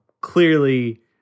clearly